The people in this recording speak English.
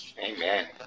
Amen